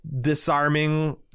disarming